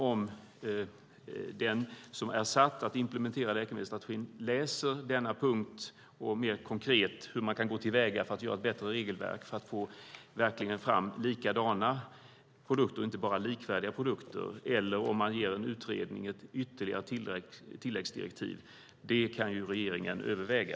Om den som är satt att implementera läkemedelsstrategin läser denna punkt och mer konkret anger hur man kan gå till väga för att göra ett bättre regelverk för att få fram likadana och inte bara likvärdiga produkter, eller om man ger utredningen ett ytterligare tilläggsdirektiv kan regeringen överväga.